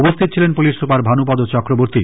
উপস্থিত ছিলেন police super Bhanupada Chakraborty